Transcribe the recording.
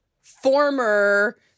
former